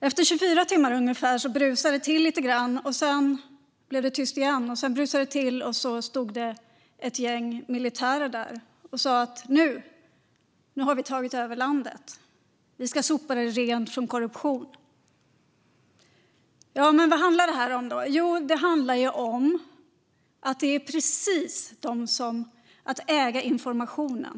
Efter ungefär 24 timmar brusade det till lite grann. Sedan blev det tyst igen. Sedan brusade det till, och då stod ett gäng militärer där och sa: "Nu har vi tagit över landet. Vi ska sopa det rent från korruption." Vad handlar det här om? Jo, det handlar om att äga informationen.